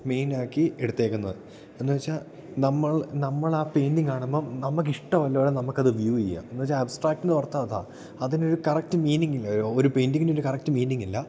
മെയിനാക്കി എടുത്തേക്കുന്നത് എന്ന് വെച്ചാൽ നമ്മൾ നമ്മളാ പെയിൻറിങ് കാണുമ്പോൾ നമുക്ക് ഇഷ്ടമല്ലോടെ നമുക്കത് വ്യൂ ചെയ്യാം എന്ന് വെച്ചാൽ ആബ്സ്ട്രാക്റ്റ് എന്ന് ഓർത്താൽ അതാ അതിനൊരു കറക്റ്റ് മീനിങ്ങില്ല ഒരു പെയിൻറിങ്ങിന് ഒരു കറക്റ്റ് മീനിങ്ങില്ല